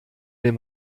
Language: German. dem